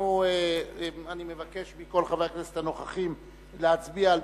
אני מבקש מכל חברי הכנסת הנוכחים להצביע,